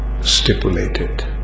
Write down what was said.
stipulated